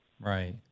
Right